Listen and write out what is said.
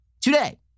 today